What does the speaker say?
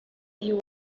you